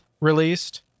released